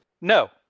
No